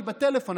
היא בטלפון,